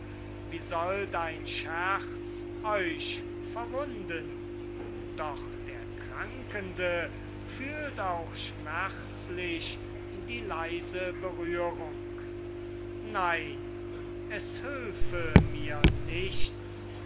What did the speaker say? wie sollt ein scherz euch verwunden doch der krankende fühlt auch schmerzlich die leise berührung nein es hülfe mir nichts